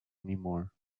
anymore